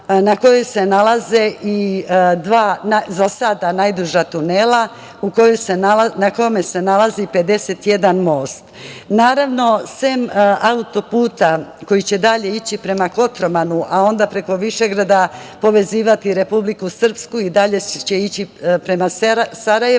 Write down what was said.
na kojoj se nalaze za sada dva najduža tunela, na kojoj se nalazi 51 most. Naravno, sem autoputa koji će dalje ići prema Kotromanu, a onda preko Višegrada, povezivati Republiku Srpsku i dalje ići prema Sarajevu,